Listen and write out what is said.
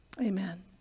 amen